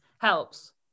helps